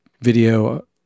video